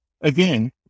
again